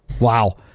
Wow